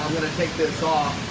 take this off.